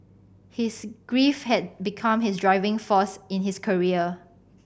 his grief had become his driving force in his career